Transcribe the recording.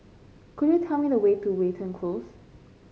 could you tell me the way to Watten Close